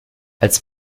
als